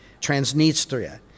Transnistria